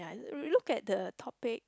we look at the topic